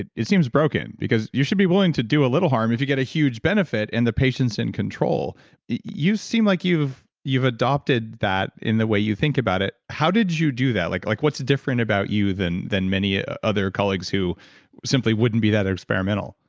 it it seems broken, because you should be willing to do a little harm if you get a huge benefit and the patient's in control you seem like you've you've adopted that in the way you think about it. how did you do that? like like what's different about you than than many ah other colleagues who simply wouldn't be that experimental?